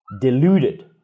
deluded